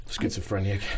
Schizophrenic